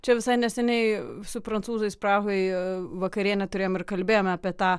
čia visai neseniai su prancūzais prahoje vakarienę turėjom ir kalbėjome apie tą